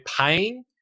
paying